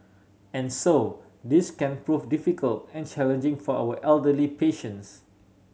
and so this can prove difficult and challenging for our elderly patients